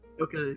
Okay